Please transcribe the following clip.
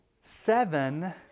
Seven